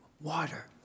Water